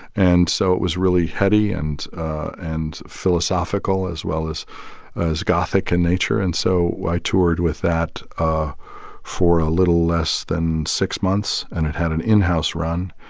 and so it was really heady and and philosophical as well as as gothic in nature. and so i toured with that ah for a little less than six months, and it had an in-house run.